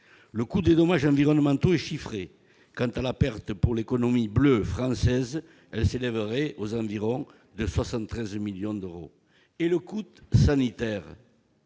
Le coût des dommages environnementaux est chiffré. Quant à la perte pour l'économie bleue française, elle s'élèverait aux environs de 73 millions d'euros. Et que dire du coût sanitaire ?